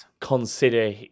consider